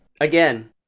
Again